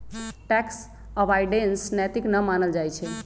tax avoidance नैतिक न मानल जाइ छइ